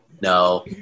No